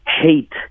hate